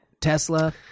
Tesla